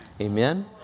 amen